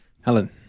helen